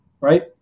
right